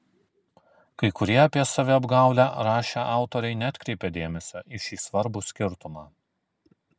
kai kurie apie saviapgaulę rašę autoriai neatkreipė dėmesio į šį svarbų skirtumą